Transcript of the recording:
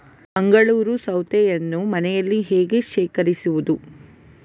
ಮಂಗಳೂರು ಸೌತೆಯನ್ನು ಮನೆಯಲ್ಲಿ ಹೇಗೆ ಶೇಖರಿಸುವುದು?